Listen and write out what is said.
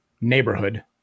neighborhood